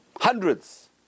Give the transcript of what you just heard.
Hundreds